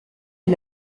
est